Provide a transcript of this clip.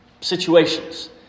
situations